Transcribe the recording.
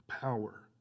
Power